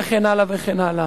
וכן הלאה.